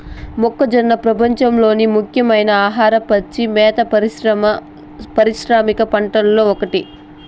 మొక్కజొన్న ప్రపంచంలోని ముఖ్యమైన ఆహార, పచ్చి మేత పారిశ్రామిక పంటలలో ఒకటి